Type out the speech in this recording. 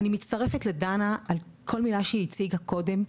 אני מצטרפת לדנה על כל מילה שהיא הציגה קודם,